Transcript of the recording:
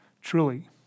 Truly